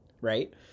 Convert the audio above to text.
right